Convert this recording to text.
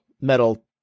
metal